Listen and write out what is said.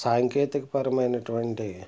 సాంకేతికపరం ఐనటువంటి